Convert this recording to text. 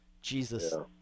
Jesus